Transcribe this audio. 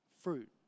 Fruit